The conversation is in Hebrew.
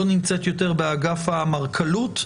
לא נמצאת יותר באגף האמרכלות,